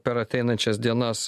per ateinančias dienas